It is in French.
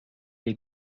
est